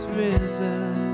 risen